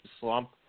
slump